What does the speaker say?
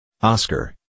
oscar